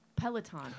Peloton